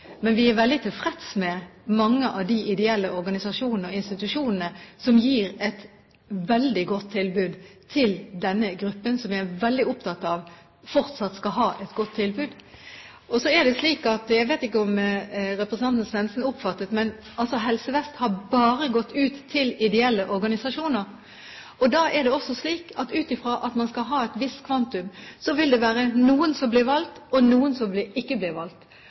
Men vi er veldig tilfreds med mange av de ideelle organisasjonene og institusjonene som gir et veldig godt tilbud til denne gruppen, som jeg er veldig opptatt av at fortsatt skal ha et godt tilbud. Så er det slik, jeg vet ikke om representanten Svendsen oppfattet det, at Helse Vest bare har gått ut til ideelle organisasjoner. Da er det også slik at ut fra at man skal ha et visst kvantum, vil det være noen som blir valgt, og noen som ikke blir valgt.